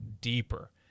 deeper